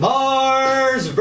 Mars